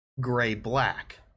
gray-black